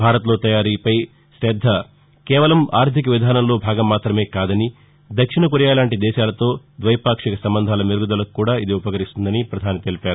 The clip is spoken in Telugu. భారత్లో తయారీపై శద్ద కేవలం ఆర్దిక విధానంలో భాగం మాత్రమే కాదని దక్షిణ కొరియా లాంటి దేశాలతో ద్వైపాక్షిక సంబంధాల మెరుగుదలకు కూడా ఇది ఉపకరిస్తుందని తెలిపారు